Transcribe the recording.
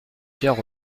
pierre